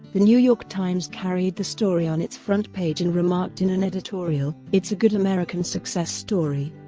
the new york times carried the story on its front page and remarked in an editorial, it's a good american success story.